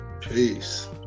Peace